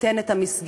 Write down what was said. ייתן את המסגרת,